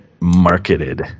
marketed